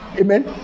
Amen